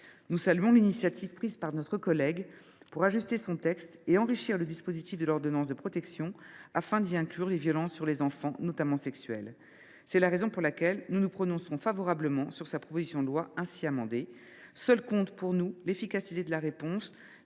Nous saluons l’initiative prise par notre collègue pour ajuster son texte et enrichir le dispositif de l’ordonnance de protection, afin d’y inclure les violences sur les enfants, notamment sexuelles. C’est la raison pour laquelle nous voterons en faveur de la proposition de loi ainsi amendée. Seuls comptent pour nous l’efficacité de la réponse,